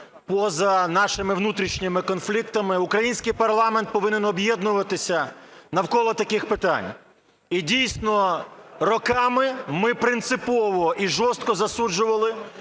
поза нашими внутрішніми конфліктами український парламент повинен об'єднуватися навколо таких питань. І, дійсно, роками ми принципово і жорстко засуджували